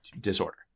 disorder